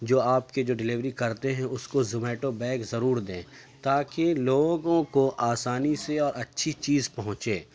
جو آپ کے جو ڈیلیوری کرتے ہیں اس کو زومیٹو بیگ ضرور دیں تاکہ لوگوں کو آسانی سے اور اچھی چیز پہنچے